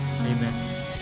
amen